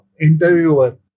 interviewer